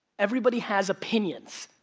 everybody has opinions.